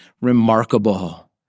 Remarkable